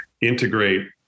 integrate